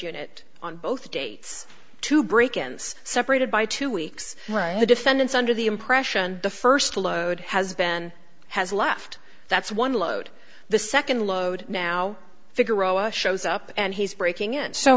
unit on both dates to break ins separated by two weeks the defendants under the impression the first load has been has left that's one load the second load now figaro us shows up and he's breaking it so